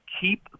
keep